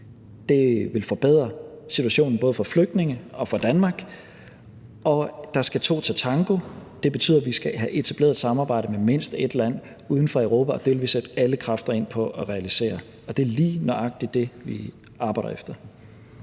Det vil forbedre situationen både for flygtninge og for Danmark. Der skal to til tango, og det betyder, at vi skal have etableret et samarbejde med mindst et land uden for Europa, og det vil vi sætte alle kræfter ind på at realisere. Og det er lige nøjagtig det, vi arbejder efter.